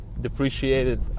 depreciated